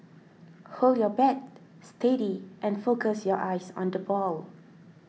hold your bat steady and focus your eyes on the ball